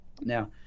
Now